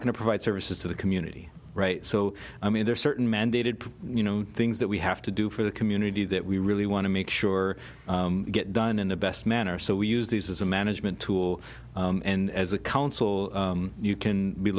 going to provide services to the community right so i mean there are certain mandated you know things that we have to do for the community that we really want to make sure get done in the best manner so we use these as a management tool and as a council you can be